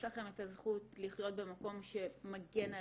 יש לכם את הזכות לחיות במקום שמגן עליכם,